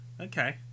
Okay